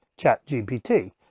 ChatGPT